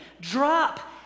Drop